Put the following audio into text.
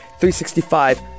365